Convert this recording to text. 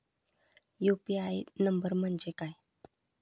UPI number म्हणजे काय?